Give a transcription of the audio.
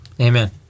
Amen